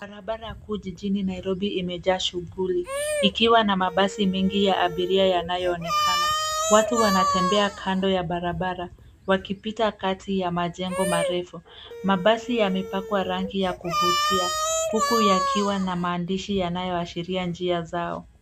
Barabara kuu jijini Nairobi imejaa shuguli ikiwa na mabasi mengi ya abiria yanayoonekana. Watu wanatembea kando ya barabara wakipita kati ya majengo marefu. Mabasi yamepakwa rangi ya kuvutia huku yakiwa na maandishi yanayoashiria njia zao